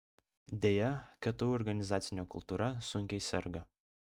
deja ktu organizacinė kultūra sunkiai serga